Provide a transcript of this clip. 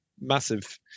massive